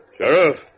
Sheriff